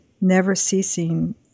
never-ceasing